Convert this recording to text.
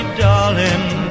darling